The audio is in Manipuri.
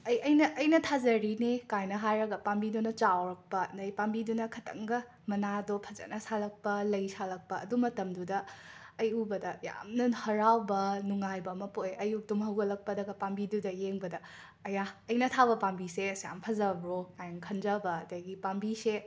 ꯑꯩ ꯑꯩꯅ ꯑꯩꯅ ꯊꯥꯖꯔꯤꯅꯦ ꯀꯥꯏꯅ ꯍꯥꯏꯔꯒ ꯄꯥꯝꯕꯤꯗꯨꯅ ꯆꯥꯎꯔꯛꯄ ꯑꯗꯒꯤ ꯄꯥꯝꯕꯤꯗꯨꯅ ꯈꯤꯇꯪꯒ ꯃꯅꯥꯗꯣ ꯐꯖꯅ ꯁꯥꯠꯂꯛꯄ ꯂꯩ ꯁꯥꯠꯂꯛꯄ ꯑꯗꯨ ꯃꯇꯝꯗꯨꯗ ꯑꯩ ꯎꯕꯗ ꯌꯥꯝꯅ ꯍꯔꯥꯎꯕ ꯅꯨꯡꯉꯥꯏꯕ ꯑꯃ ꯄꯣꯛꯑꯦ ꯑꯌꯨꯛ ꯇꯨꯝꯕ ꯍꯧꯒꯠꯂꯛꯄꯗꯒ ꯄꯥꯝꯕꯤꯗꯨꯗ ꯌꯦꯡꯕꯗ ꯑꯌꯥ ꯑꯩꯅ ꯊꯥꯕ ꯄꯥꯝꯕꯤꯁꯦ ꯑꯁꯨꯛꯌꯥꯝꯅ ꯐꯖꯕꯔꯣ ꯀꯥꯏꯅ ꯈꯟꯖꯕ ꯑꯗꯒꯤ ꯄꯥꯝꯕꯤꯁꯦ